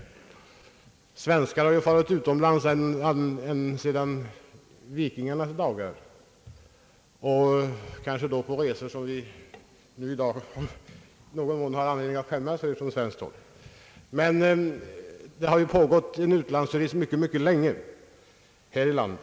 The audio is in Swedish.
Svenskar har farit utomlands ända sedan vikingarnas dagar; då kanske på resor som vi numera i någon mån har anledning att skämmas över. Men turistresor till utlandet har ju förekommit sedan mycket länge.